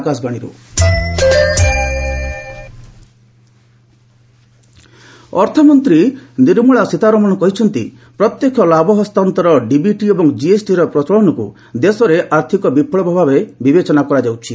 ସୀତାରମଣ ଅର୍ଥମନ୍ତ୍ରୀ ନିର୍ମଳା ସୀତାରମଣ କହିଛନ୍ତି ପ୍ରତ୍ୟେକ୍ଷ ଲାଭ ହସ୍ତାନ୍ତରଣଡିବିଟି ଓ ଜିଏସଟିର ପ୍ରଚଳନକୁ ଦେଶରେ ଆର୍ଥକ ବିପ୍ଲବ ଭାବେ ବିବେଚନା କରାଯାଉଛି